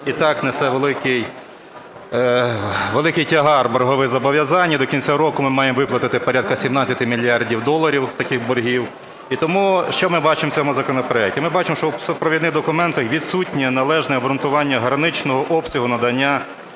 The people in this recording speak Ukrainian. і так несе великий тягар боргових зобов'язань, і до кінця року ми маємо виплатити порядка 17 мільярдів доларів таких боргів. І тому, що ми бачимо в цьому законопроекті? Ми бачимо, що в супровідних документах відсутнє належне обґрунтування граничного обсягу надання